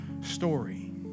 story